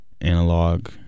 Analog